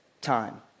time